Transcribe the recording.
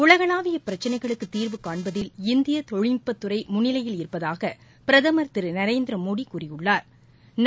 உலகளாவிய பிரச்சினைகளுக்கு தீர்வு காண்பதில் இந்திய தொழில்நுட்பத்துறை முன்னிலையில் இருப்பதாக பிரதமா் திரு நரேந்திரமோடி கூறியுள்ளாா்